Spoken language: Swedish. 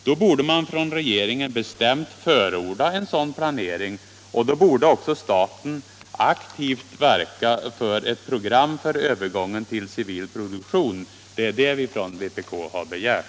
Då borde regeringen bestämt förorda en sådan planering och då borde också staten aktivt verka för ett program för övergång till civil produktion. Det är det som vi från vpk har begärt.